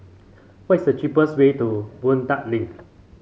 what is the cheapest way to Boon Tat Link